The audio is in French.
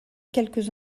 quelques